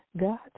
God